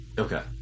Okay